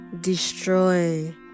destroy